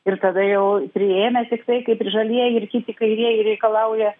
ir tada jau priėmę tiktai kaip žalieji ir kiti kairieji reikalauja